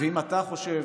ואם אתה חושב,